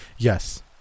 Yes